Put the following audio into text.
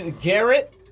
Garrett